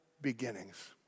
beginnings